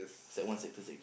sec one sec two sec